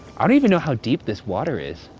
i don't even know how deep this water is.